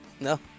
No